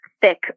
thick